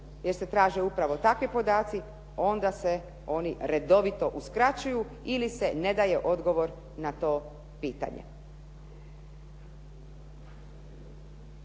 jer se traže upravo takvi podaci, onda se oni redovito uskraćuju ili se ne daje odgovor na to pitanje.